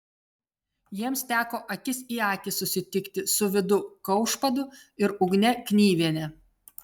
jiems teko akis į akį susitikti su vidu kaušpadu ir ugne knyviene